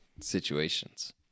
situations